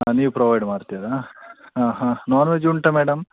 ಆಂ ನೀವು ಪ್ರೊವೈಡ್ ಮಾಡ್ತೀರಾ ಹಾಂ ಹಾಂ ನೋನ್ವೆಜ್ ಉಂಟ ಮೇಡಮ್